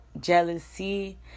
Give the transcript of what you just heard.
jealousy